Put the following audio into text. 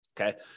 Okay